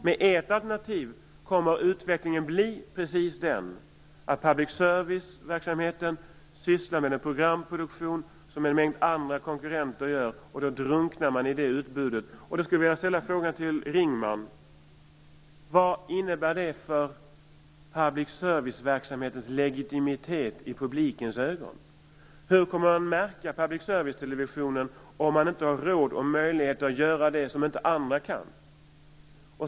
Med ert alternativ kommer utvecklingen att bli den, att public service-verksamheten sysslar med en programproduktion som en mängd andra konkurrenter gör, och då drunknar den i det utbudet. Jag skulle vilja fråga Agneta Ringman: Vad innebär detta för public service-verksamhetens legitimitet i publikens ögon? Hur kommer publiken att märka public service-televisionen om denna inte har råd och möjlighet att göra det som inte andra kan?